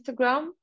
Instagram